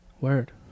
Word